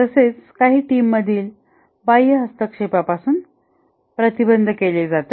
तसे काही टीम मधील बाह्य हस्तक्षेपापासून प्रतिबंधित केले जाते